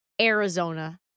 Arizona